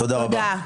תודה.